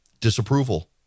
disapproval